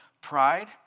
pride